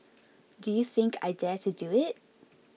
do you think I dare to do it